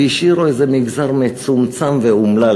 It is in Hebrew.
והשאירו איזה מגזר מצומצם ואומלל,